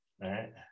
right